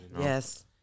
Yes